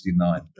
1969